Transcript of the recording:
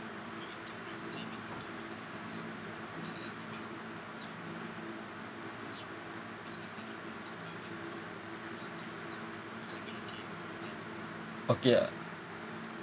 okay ah